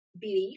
belief